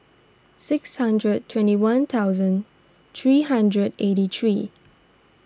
six hundred twenty one thousand three hundred eighty three